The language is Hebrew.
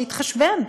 שיתחשבן,